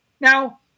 Now